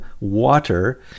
water